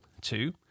Two